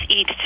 eat